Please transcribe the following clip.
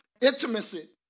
intimacy